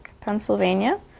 Pennsylvania